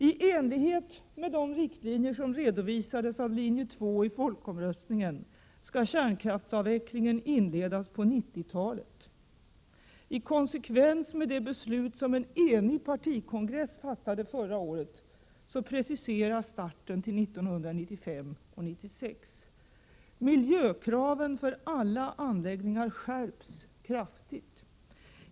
I enlighet med de riktlinjer som redovisades av Linje 2 i folkomröstningen skall kärnkraftsavvecklingen inledas på 90-talet. I konsekvens med det beslut su 1996. Miljökraven för alla anläggningar skärps kraftigt.